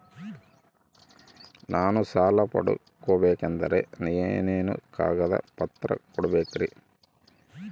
ನಾನು ಸಾಲ ಪಡಕೋಬೇಕಂದರೆ ಏನೇನು ಕಾಗದ ಪತ್ರ ಕೋಡಬೇಕ್ರಿ?